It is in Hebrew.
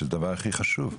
שזה הדבר הכי חשוב?